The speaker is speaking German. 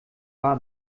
war